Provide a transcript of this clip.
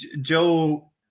Joe